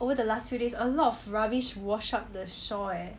over the last few days a lot of rubbish wash up the shore